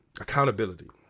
accountability